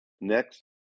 Next